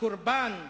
לקורבן האחר,